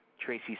Tracy